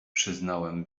przyznałem